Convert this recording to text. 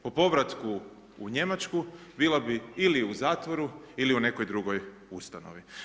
Po povratku u Njemačku bila bi ili u zatvoru ili nekoj drugoj ustanovi.